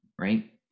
right